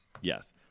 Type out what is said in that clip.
yes